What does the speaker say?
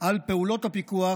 על פעולות הפיקוח